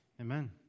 Amen